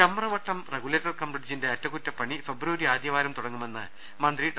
Chamravattam regulator cum ബ്രിഡ്ജിന്റെ അറ്റകുറ്റപ്പണി February ആദ്യവാരം തുടങ്ങുമെന്ന് മന്ത്രി ഡോ